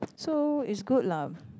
so it's good lah